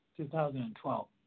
2012